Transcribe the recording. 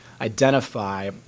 identify